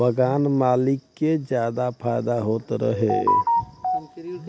बगान मालिक के जादा फायदा होत रहे